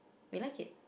we like it